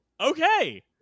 okay